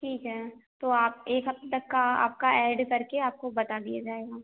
ठीक है तो आप एक हफ़्ते तक का आपका ऐड करके आपको बता दिया जाएगा